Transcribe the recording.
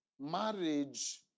marriage